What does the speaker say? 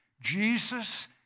Jesus